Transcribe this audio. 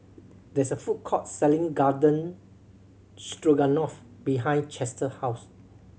there is a food court selling Garden Stroganoff behind Chester house